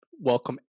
welcome